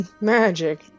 Magic